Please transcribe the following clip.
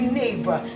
neighbor